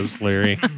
Larry